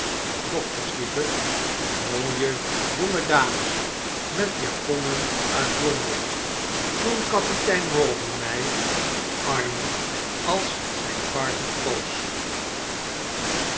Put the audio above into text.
lieve mooie jonge dames met japonnen uit londen toen kapitein rawdon mij arme als zijn partner